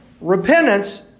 Repentance